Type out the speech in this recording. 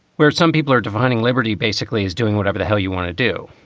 where some people are defining liberty basically as doing whatever the hell you want to do,